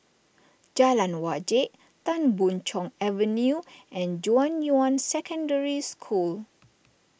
Jalan Wajek Tan Boon Chong Avenue and Junyuan Secondary School